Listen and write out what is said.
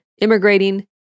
Immigrating